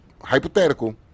hypothetical